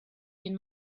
den